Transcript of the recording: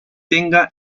tenga